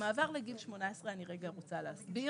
במעבר לגיל 18 אני רוצה להסביר,